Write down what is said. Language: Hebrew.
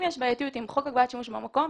אם יש בעייתיות עם חוק הגבלת שימוש במקום,